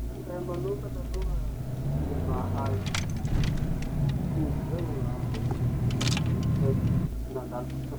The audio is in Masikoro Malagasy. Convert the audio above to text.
Laha aminakahy manokana aloha tsy mahay cookies zao, raha mbo tsy nireko indraiky, mbo tsy nandalo ty sofiko.